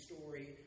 story